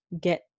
get